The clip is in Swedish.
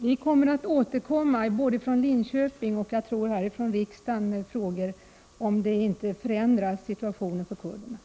Fru talman! Vi skall återkomma både från Linköping och, tror jag, här från riksdagen med frågor, om situationen för kurderna inte förändras.